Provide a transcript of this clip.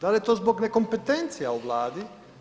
Dal je to zbog nekompetencija u Vladi?